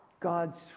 God's